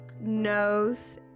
nose